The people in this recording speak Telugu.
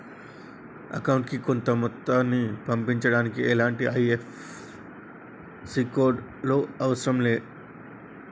అకౌంటుకి కొంత మొత్తాన్ని పంపించడానికి ఎలాంటి ఐ.ఎఫ్.ఎస్.సి కోడ్ లు అవసరం లే